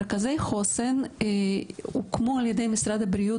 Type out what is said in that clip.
מרכזי חוסן הוקמו על ידי משרד הבריאות